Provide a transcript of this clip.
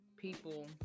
people